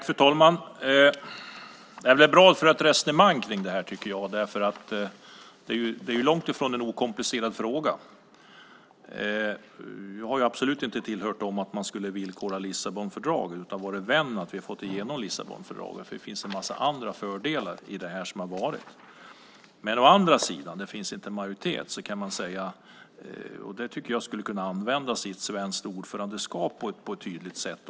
Fru talman! Det är bra att föra ett resonemang kring det här, tycker jag. Det är ju långt ifrån en okomplicerad fråga. Jag har absolut inte tillhört dem som sagt att man skulle villkora Lissabonfördraget utan varit en vän av att vi har fått igenom Lissabonfördraget, för det finns en massa andra fördelar i det. Men å andra sidan: Det finns inte en majoritet. Det tycker jag skulle kunna användas i ett svenskt ordförandeskap på ett tydligt sätt.